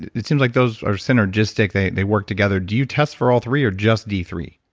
it seems like those are synergistic. they they work together. do you test for all three or just d three?